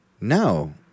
No